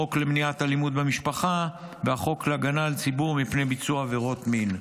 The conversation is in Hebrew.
חוק למניעת אלימות במשפחה והחוק להגנה על הציבור מפני ביצוע עבירות מין.